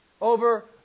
over